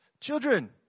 children